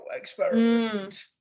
experiment